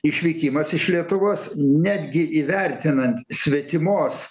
išvykimas iš lietuvos netgi įvertinant svetimos